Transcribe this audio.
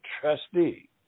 trustee